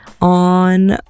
on